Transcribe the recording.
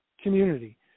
community